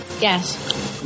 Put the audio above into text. Yes